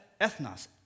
ethnos